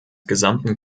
gesamten